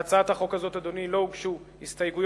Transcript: להצעת החוק הזאת, אדוני, לא הוגשו הסתייגויות.